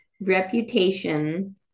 reputation